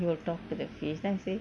he will talk to the fish then I say